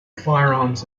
firearms